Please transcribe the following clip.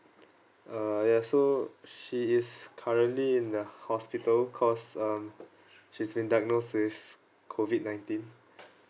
uh ya so she is currently in the hospital cause um she's been diagnosed with COVID nineteen